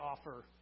offer